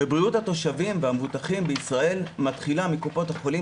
ובריאות התושבים והמבוטחים בישראל מתחילה מקופות החולים,